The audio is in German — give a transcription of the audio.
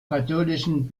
katholischen